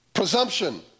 presumption